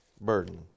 burden